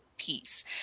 Peace